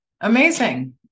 Amazing